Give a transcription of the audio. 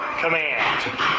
command